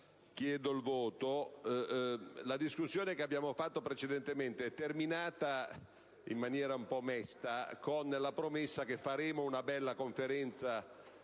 posto ai voti. La discussione che abbiamo fatto precedentemente è terminata, in maniera un po' mesta, con la promessa che faremo una bella conferenza